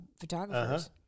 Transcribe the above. photographers